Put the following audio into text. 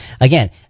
again